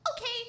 Okay